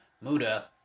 Muda